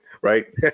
right